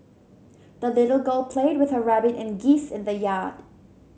the little girl played with her rabbit and geese in the yard